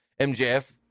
MJF